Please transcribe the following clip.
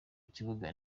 kibuga